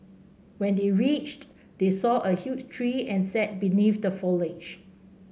when they reached they saw a huge tree and sat beneath the foliage